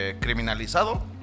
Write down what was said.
criminalizado